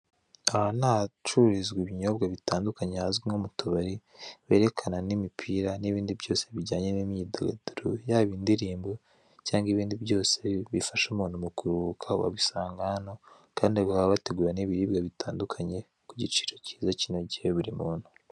Aha ni ahacururizwa ibinyobwa bitandukanye hazwi nko mu tubari, berekana n'imipira n'ibindi byose bijyanye n'imyidagaduro, yaba indirimbo cyangwa ibindi byose bifasha umuntu mu kuruhuka wabisanga hano, kandi babiguha hateguwe n'ibiribwa bitandukanye ku giciro cyiza kinogeye buri muntu.